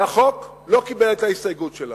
והחוק לא קיבל את ההסתייגות שלנו.